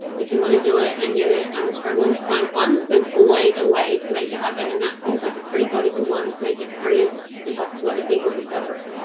if you wanna do it and you're struggling to find funds, there's always a way to make it happen, and that seems like a pretty bloody good one to make it free and help two other people discover it.